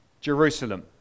Jerusalem